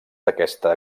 d’aquesta